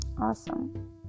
awesome